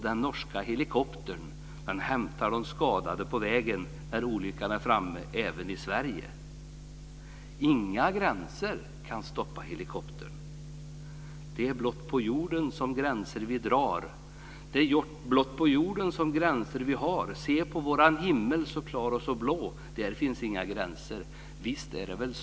Den norska helikoptern hämtar skadade på vägen även i Sverige när olyckan är framme. Inga gränser kan stoppa helikoptern. Det är blott på jorden gränser vi drar. Det är blott på jorden som gränser vi har. Se på vår himmel så klar och så blå. Där finns inga gränser. Visst är det väl så?